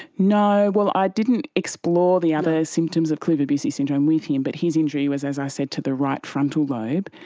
no, well, i didn't explore the other symptoms of kluver-bucy syndrome with him, but his injury was, as i said, to the right frontal lobe.